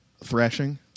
thrashing